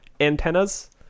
antennas